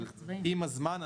עם הזמן,